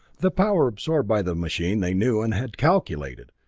the power absorbed by the machine they knew and had calculated,